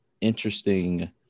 interesting